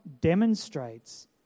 demonstrates